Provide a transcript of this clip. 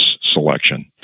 selection